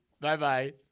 Bye-bye